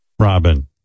robin